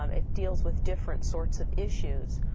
um it deals with different sorts of issues.